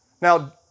Now